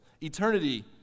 Eternity